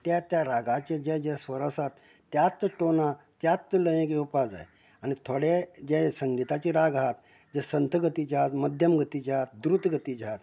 आनी त्या त्या रागाचे जें जें स्वर आसात त्याच टोनान त्याच लयेंत येवपाक जाय आनी थोडें जे संगीताचे राग आहात जे संत गतीज्या मध्यम गतीज्या द्रूत गतीज्या